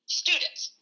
students